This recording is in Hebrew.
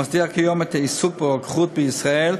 המסדירה כיום את העיסוק ברוקחות בישראל,